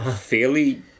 fairly